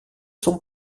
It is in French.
son